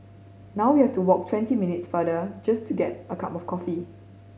now we have to walk twenty minutes further just to get a cup of coffee